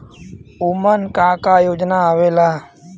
उमन का का योजना आवेला?